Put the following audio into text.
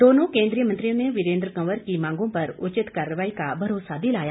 दोनों केन्द्रीय मंत्रियों ने वीरेन्द्र कंवर की मांगों पर उचित कार्रवाई का भरोसा दिलाया